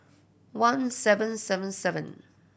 one seven seven seven